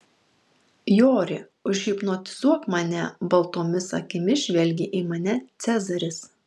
jori užhipnotizuok mane baltomis akimis žvelgė į mane cezaris